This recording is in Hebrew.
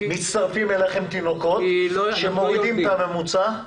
מצטרפים אליכם תינוקות שמורידים את הממוצע.